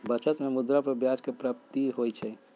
बचत में मुद्रा पर ब्याज के प्राप्ति होइ छइ